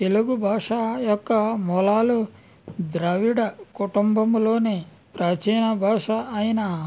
తెలుగు భాష యొక్క మూలాలు ద్రావిడ కుటుంబంలోనే ప్రాచీన భాష అయిన